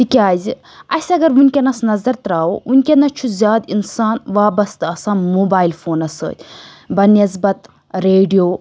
تِکیٛازِ اَسہِ اگر وُنکٮ۪نَس نظر ترٛاوو وُنکٮ۪نَس چھُ زیادٕ اِنسان وابسطہٕ آسان موبایل فونَس سۭتۍ بہ نٮ۪سبَت ریڈیو